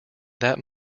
that